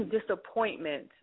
disappointment